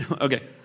Okay